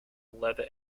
leather